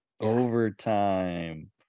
overtime